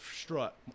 strut